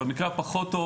ובמקרה הפחות טוב